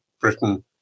Britain